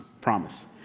Promise